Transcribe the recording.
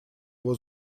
его